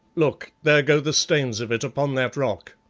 look, there go the stains of it upon that rock.